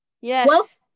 Yes